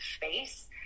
face